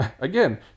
again